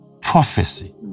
prophecy